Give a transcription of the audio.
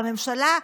והממשלה,